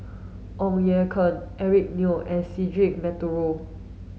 Ong Ye Kung Eric Neo and Cedric Monteiro